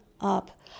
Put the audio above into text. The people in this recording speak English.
up